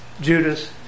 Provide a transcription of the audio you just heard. Judas